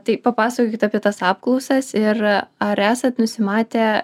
tai papasakokit apie tas apklausas ir ar esat nusimatę